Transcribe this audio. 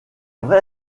vrai